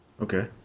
Okay